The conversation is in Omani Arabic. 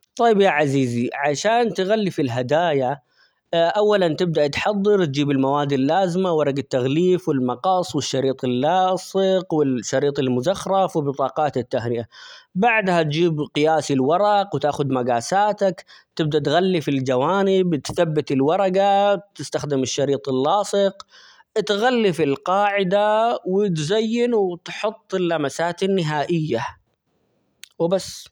طيب يا عزيزي عشان تغلف الهدايا أولا تبدأ تحضر تجيب المواد اللازمة ،ورق التغليف ،والمقص والشريط اللاصق ،والشريط المزخرف وبطاقات التهنئة ، بعدها تجيب قياس الورق وتاخد مقاساتك تبدأ تغلف الجوانب تثبت الورقة تستخدم الشريط اللاصق اتغلف القاعدة ،وتزين ،وتحط اللمسات النهائية وبس.